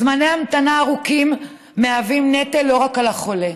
זמני המתנה ארוכים מהווים נטל לא רק על החולה